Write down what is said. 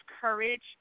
courage